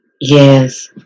Yes